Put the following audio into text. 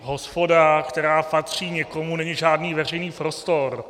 Hospoda, která patří někomu, není žádný veřejný prostor.